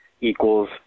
equals